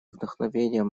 вдохновением